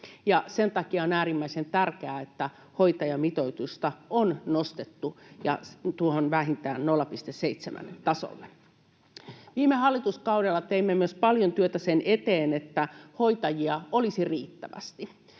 Sen takia on äärimmäisen tärkeää, että hoitajamitoitusta on nostettu ja vähintään 0,7:n tasolle. Viime hallituskaudella teimme myös paljon työtä sen eteen, että hoitajia olisi riittävästi.